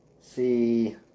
see